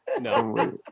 No